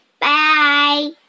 Bye